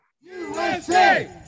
USA